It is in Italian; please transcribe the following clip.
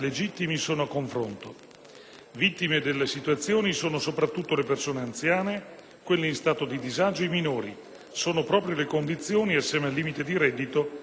Vittime delle situazioni sono soprattutto le persone anziane, quelle in stato di disagio e i minori; sono proprio le condizioni, assieme al limite di reddito, previste per questa proroga.